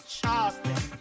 Charleston